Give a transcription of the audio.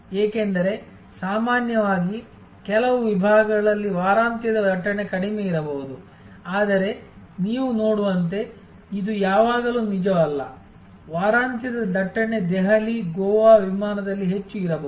ಏಕೆಂದರೆ ಸಾಮಾನ್ಯವಾಗಿ ಕೆಲವು ವಿಭಾಗಗಳಲ್ಲಿ ವಾರಾಂತ್ಯದ ದಟ್ಟಣೆ ಕಡಿಮೆ ಇರಬಹುದು ಆದರೆ ನೀವು ನೋಡುವಂತೆ ಇದು ಯಾವಾಗಲೂ ನಿಜವಲ್ಲ ವಾರಾಂತ್ಯದ ದಟ್ಟಣೆ ದೆಹಲಿ ಗೋವಾ ವಿಮಾನದಲ್ಲಿ ಹೆಚ್ಚು ಇರಬಹುದು